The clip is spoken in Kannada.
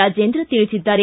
ರಾಜೇಂದ್ರ ತಿಳಿಸಿದ್ದಾರೆ